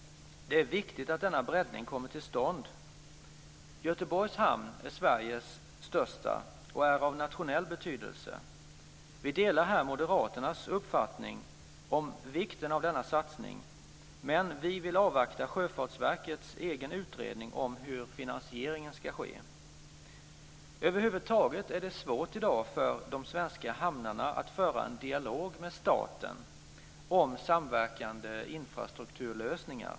Det är viktigt att denna breddning kommer till stånd. Göteborgs hamn är Sveriges största hamn och är av nationell betydelse. Vi delar här moderaternas uppfattning om vikten av denna satsning, men vi vill avvakta Sjöfartsverkets egen utredning om hur finansieringen ska ske. Över huvud taget är det i dag svårt för de svenska hamnarna att föra en dialog med staten om samverkande infrastrukturlösningar.